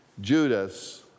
Judas